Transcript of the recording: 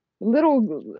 little